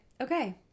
okay